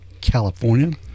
California